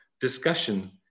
discussion